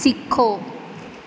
ਸਿੱਖੋ